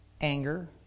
anger